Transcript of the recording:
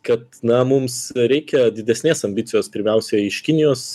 kad na mums reikia didesnės ambicijos pirmiausia iš kinijos